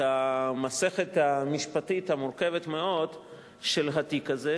המסכת המשפטית המורכבת מאוד של התיק הזה,